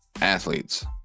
Athletes